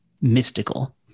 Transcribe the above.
mystical